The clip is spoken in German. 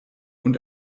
und